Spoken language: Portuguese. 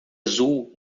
azul